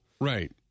Right